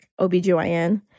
OBGYN